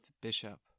Bishop